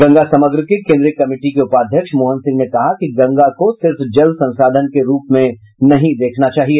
गंगा समग्र के केन्द्रीय कमिटी के उपाध्यक्ष मोहन सिंह ने कहा कि गंगा को सिर्फ जल संसाधन के रूप में नहीं देखना चाहिए